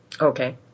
Okay